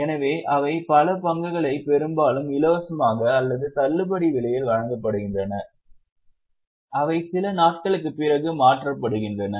எனவே அவை பல பங்குகளை பெரும்பாலும் இலவசமாக அல்லது தள்ளுபடி விலையில் வழங்கப்படுகின்றன அவை சில நாட்களுக்குப் பிறகு மாற்றப்படுகின்றன